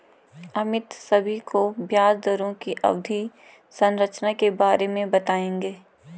अमित सभी को ब्याज दरों की अवधि संरचना के बारे में बताएंगे